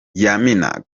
yamina